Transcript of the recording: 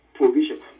Provision